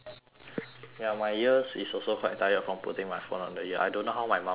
ya my ears is also quite tired from putting my phone on the ear I don't know how my mum can do this